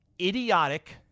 idiotic